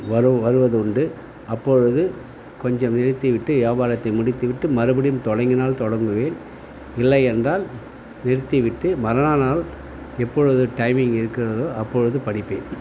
வரு வருவதுண்டு அப்பொழுது கொஞ்சம் நிறுத்தி விட்டு வியாபாரத்தை முடித்துவிட்டு மறுபடியும் தொடங்கினால் தொடங்குவேன் இல்லையென்றால் நிறுத்திவிட்டு மறுநாள் எப்பொழுது டைமிங் இருக்கின்றதோ அப்பொழுது படிப்பேன்